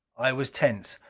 i was tense.